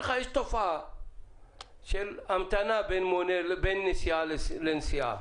יש תופעה של המתנה בין נסיעה לנסיעה.